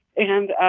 and,